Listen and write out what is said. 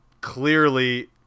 clearly